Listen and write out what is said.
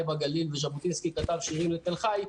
בגליל וז'בוטינסקי שכתב שירים על תל חי,